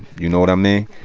you know what i mean?